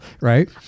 right